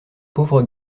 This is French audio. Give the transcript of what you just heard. pauvre